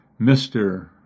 Mr